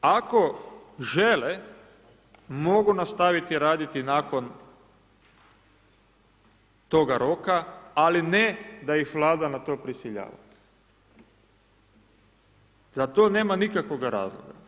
Ako žele mogu nastaviti raditi nakon toga roka, ali ne da ih vlada na to prisiljava, za to nema nikakvoga razloga.